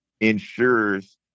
ensures